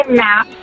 map